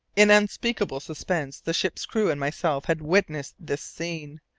in unspeakable suspense the ship's crew and myself had witnessed this scene.